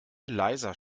leiser